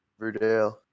Verdale